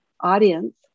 audience